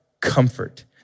comfort